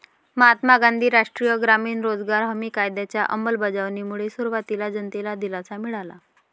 महात्मा गांधी राष्ट्रीय ग्रामीण रोजगार हमी कायद्याच्या अंमलबजावणीमुळे सुरुवातीला जनतेला दिलासा मिळाला